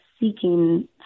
seeking